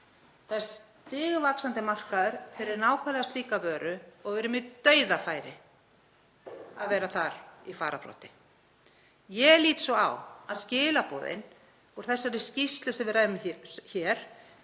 Það er stigvaxandi markaður fyrir nákvæmlega slíka vöru og við erum í dauðafæri að vera þar í fararbroddi. Ég lít svo á að skilaboðin úr skýrslunni sem við ræðum hér